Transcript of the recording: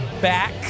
back